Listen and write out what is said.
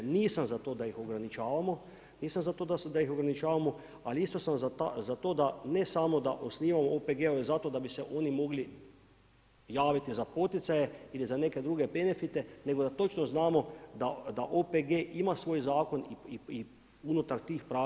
Nisam za to da ih ograničavamo, nisam za to da ih ograničavamo, ali isto sam za to, da ne samo da osnivamo OPG-ove zato da bi se oni mogli javiti za poticaje ili za neke druge benefite, nego da točno znamo, da OPG ima svoj zakon i unutar pravila igre.